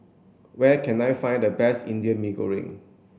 where can I find the best indian mee goreng